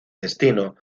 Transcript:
destino